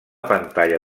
pantalla